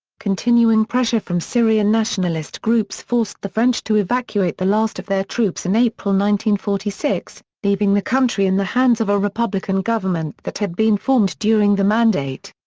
continuing pressure from syrian nationalist groups forced the french to evacuate the last of their troops in april forty six, leaving the country in the hands of a republican government that had been formed during the mandate.